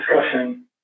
discussion